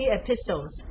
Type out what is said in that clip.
epistles